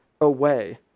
away